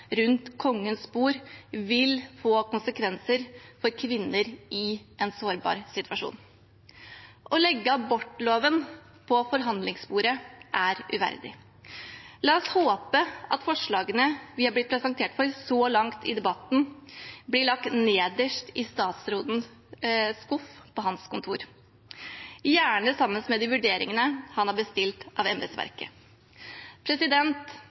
rundt Kongens bord vil få konsekvenser for kvinner i en sårbar situasjon. Å legge abortloven på forhandlingsbordet er uverdig. La oss håpe at forslagene vi har blitt presentert for så langt i debatten, blir lagt nederst i statsrådens skuff på hans kontor – gjerne sammen med de vurderingene han har bestilt